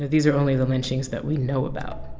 ah these are only the lynchings that we know about.